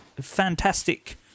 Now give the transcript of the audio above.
fantastic